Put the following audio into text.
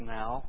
now